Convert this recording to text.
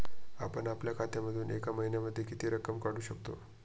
आपण आपल्या खात्यामधून एका महिन्यामधे किती रक्कम काढू शकतो?